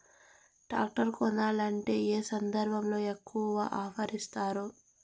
Tractor కొనాలంటే ఏ సందర్భంలో ఎక్కువగా ఆఫర్ ఇస్తారు?